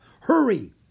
Hurry